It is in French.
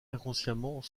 inconsciemment